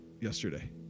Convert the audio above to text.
yesterday